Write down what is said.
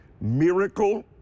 miracle